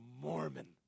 Mormon